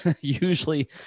Usually